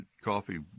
Coffee